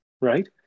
right